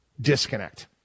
disconnect